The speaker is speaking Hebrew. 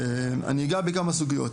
אני אגע בכמה סוגיות,